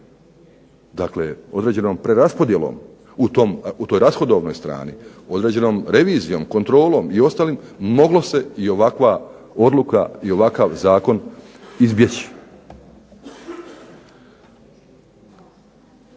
Dakle, određenom preraspodjelom u toj rashodovnoj strani, određenom kontrolom i revizijom moglo se ovakva odluka i Zakon izbjeći.